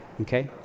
okay